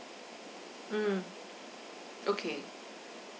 mm okay